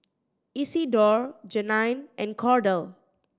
Isidore Jeannine and Cordell